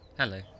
Hello